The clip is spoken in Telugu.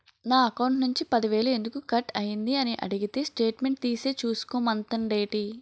నా అకౌంట్ నుంచి పది వేలు ఎందుకు కట్ అయ్యింది అని అడిగితే స్టేట్మెంట్ తీసే చూసుకో మంతండేటి